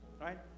right